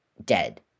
Dead